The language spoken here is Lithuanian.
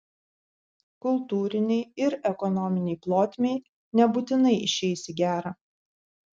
kultūrinei ir ekonominei plotmei nebūtinai išeis į gerą